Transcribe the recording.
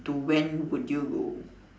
to when would you go